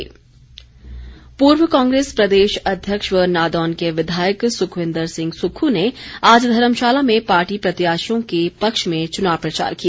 सुक्खू पूर्व कांग्रेस प्रदेश अध्यक्ष व नादौन के विधायक सुखविन्दर सिंह सुक्खू ने आज धर्मशाला में पार्टी प्रत्याशियों के पक्ष में चुनाव प्रचार किया